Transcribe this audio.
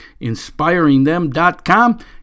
Inspiringthem.com